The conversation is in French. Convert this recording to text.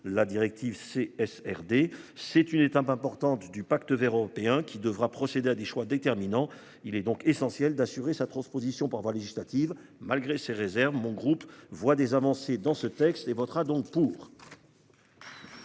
La directive c'est S RD. C'est une étape importante du Pacte Vert européen qui devra procéder à des choix déterminants. Il est donc essentiel d'assurer sa transposition par voie législative. Malgré ces réserves, mon groupe voit des avancées dans ce texte les votera donc pour.